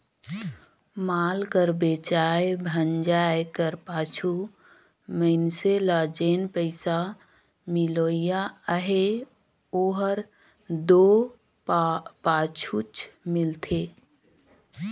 माल कर बेंचाए भंजाए कर पाछू मइनसे ल जेन पइसा मिलोइया अहे ओहर दो पाछुच मिलथे